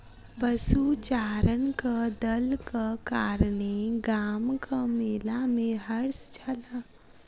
पशुचारणक दलक कारणेँ गामक मेला में हर्ष छल